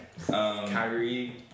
Kyrie